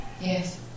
Yes